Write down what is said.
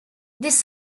this